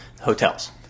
hotels